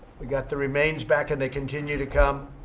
we got the remains back, and they continue to come.